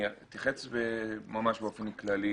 אני אתייחס ממש באופן כללי